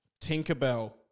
Tinkerbell